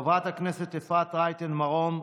חברת הכנסת אפרת רייטן מרום,